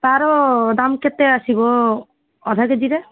ତାର ଦାମ କେତେ ଆସିବ ଅଧା କେଜିରେ